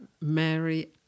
Mary